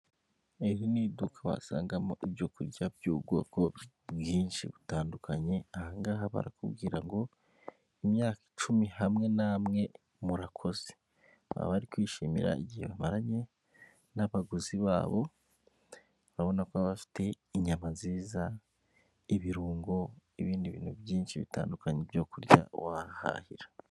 Iri ni iduka wasangamo ibyokurya by'ubwoko bwinshi butandukanye, ahangaha barakubwira ngo, imyaka icumi hamwe namwe murakoze, aba bari kwishimira igihe bamaranye n'abaguzi babo, urabona ko bafite inyama nziza, ibirungo, n'ibindi bintu byinshi bitandukanye byo kurya wahahahira.